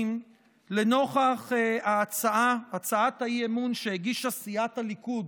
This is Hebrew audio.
לנוכח הצעת האי-אמון שהגישה סיעת הליכוד,